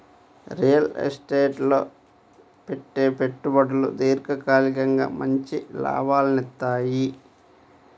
real estate లో పెట్టే పెట్టుబడులు దీర్ఘకాలికంగా మంచి లాభాలనిత్తయ్యి